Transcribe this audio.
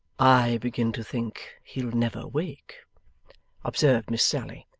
i begin to think he'll never wake observed miss sally.